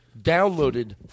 downloaded